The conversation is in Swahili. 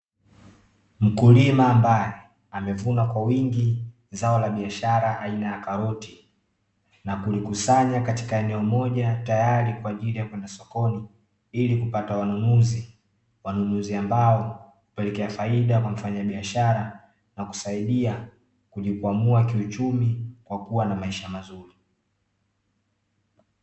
Mkulima ambaye amevunwa kwa wingi zao la biashara aina ya karoti, na kulikusanya katika eneo moja tayari kwa ajili ya kwenda sokoni ili kupata wanunuzi; wanunuzi ambao hupelekea faida kwa mfanyabiashara na kusaidia kujikwamua kiuchumi kwa kuwa na maisha mazuri.